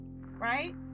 right